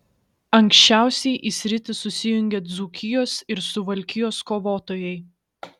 anksčiausiai į sritį susijungė dzūkijos ir suvalkijos kovotojai